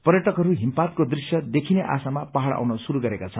पर्यटकहरू हिमपातको दृश्य देखिने आशामा पहाड़ आउन शुरू गरेका छन्